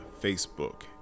Facebook